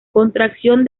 contracción